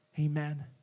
Amen